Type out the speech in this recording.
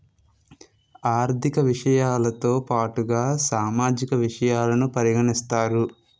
ఆర్థిక విషయాలతో పాటుగా సామాజిక విషయాలను పరిగణిస్తారు